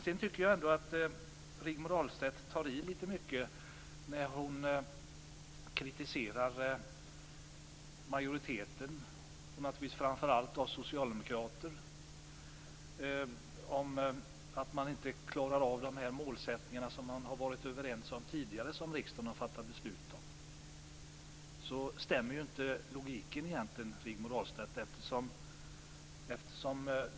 Sedan tycker jag att Rigmor Ahlstedt tar i när hon kritiserar majoriteten, framför allt oss socialdemokrater, för att inte klara av de målsättningar som man varit överens om tidigare och som riksdagen har fattat beslut om. Logiken stämmer egentligen inte.